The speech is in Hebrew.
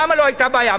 למה לא היתה בעיה?